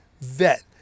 vet